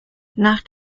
nach